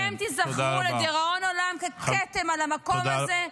אתם תיזכרו לדיראון עולם ככתם על המקום הזה.